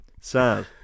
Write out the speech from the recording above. Sad